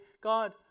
God